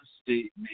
state